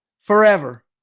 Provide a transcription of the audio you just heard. forever